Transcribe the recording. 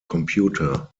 computer